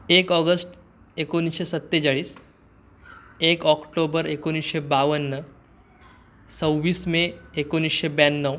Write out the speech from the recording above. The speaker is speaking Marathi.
एक ऑगस्ट एकोणीसशे सत्तेचाळीस एक ऑक्टोबर एकोणीसशे बावन्न सव्वीस मे एकोणीसशे ब्याण्णव